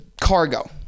cargo